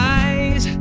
eyes